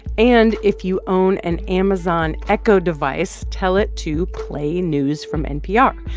and if you own an amazon echo device, tell it to play news from npr.